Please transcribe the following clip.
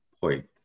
point